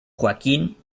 joaquín